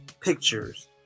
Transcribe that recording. pictures